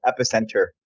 epicenter